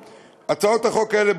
הצעות החוק האלה,